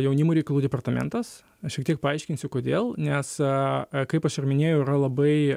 jaunimo reikalų departamentas aš šiek tiek paaiškinsiu kodėl nes kaip aš ir minėjau yra labai